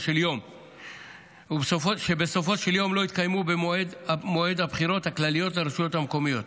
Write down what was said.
של דבר לא התקיימו במועד הבחירות הכלליות לרשויות המקומיות.